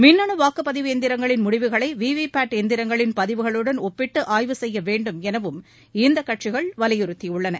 மின்னணு வாக்குப் பதிவு எந்திரங்களின் முடிவுகளை விவிபேட் எந்திரங்களின் பதிவுகளுடன் ஒப்பிட்டு ஆய்வு செய்ய வேண்டும் எனவும் இந்த கட்சிகள் வலியுறுத்தியுள்ளன